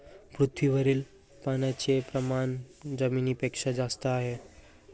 पृथ्वीवरील पाण्याचे प्रमाण जमिनीपेक्षा जास्त आहे